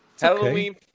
Halloween